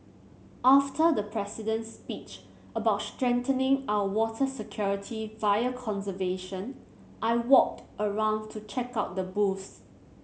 after the President's speech about strengthening our water security via conservation I walked around to check out the booths